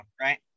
right